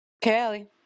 Kelly